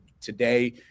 today